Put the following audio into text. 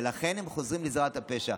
ולכן הם חוזרים לזירת הפשע.